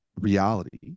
reality